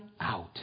out